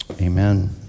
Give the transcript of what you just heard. Amen